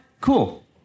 Cool